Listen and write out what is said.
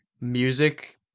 music